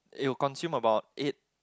it will consume around eight